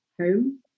home